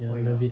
ya I love it